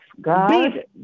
God